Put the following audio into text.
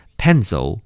pencil